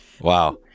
Wow